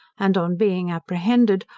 and on being apprehended,